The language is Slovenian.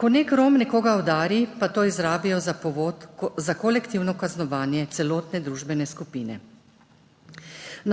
ko nek Rom nekoga udari, pa to izrabijo za povod za kolektivno kaznovanje celotne družbene skupine.